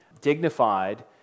dignified